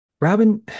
Robin